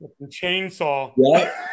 chainsaw